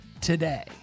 today